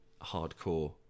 hardcore